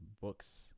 books